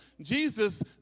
Jesus